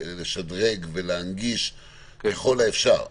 לשדרג ולהנגיש ככל האפשר.